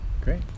Great